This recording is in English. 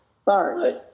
Sorry